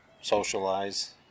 socialize